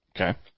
Okay